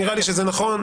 נראה לי שזה נכון.